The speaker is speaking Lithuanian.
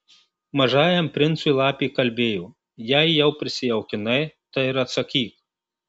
mažajam princui lapė kalbėjo jei jau prisijaukinai tai ir atsakyk